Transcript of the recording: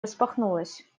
распахнулась